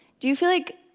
do you feel like,